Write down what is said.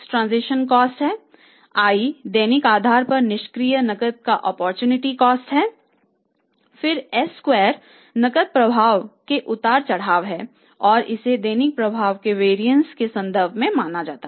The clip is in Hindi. फिर s स्क्वायर नकद प्रवाह में उतार चढ़ाव है और इसे दैनिक प्रवाह के वरिएंस है